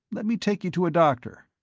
let me take you to a doctor.